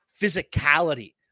physicality